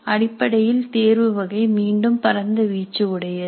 அடிப்படையில் தேர்வு வகை மீண்டும் பரந்த வீச்சு உடையது